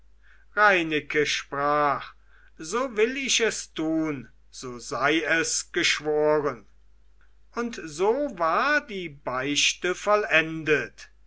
reineke sprach so will ich es tun so sei es geschworen und so war die beichte vollendet